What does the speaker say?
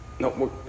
No